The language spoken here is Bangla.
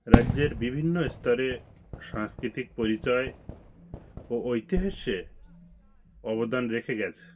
রাজ্যের বিভিন্ন স্তরে সাংস্কৃতিক পরিচয় ও ইতিহাসে অবদান রেখে গিয়েছে